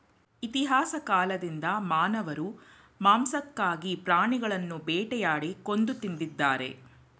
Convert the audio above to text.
ಇತಿಹಾಸ ಕಾಲ್ದಿಂದ ಮಾನವರು ಮಾಂಸಕ್ಕಾಗಿ ಪ್ರಾಣಿಗಳನ್ನು ಬೇಟೆಯಾಡಿ ಕೊಂದು ತಿಂದಿದ್ದಾರೆ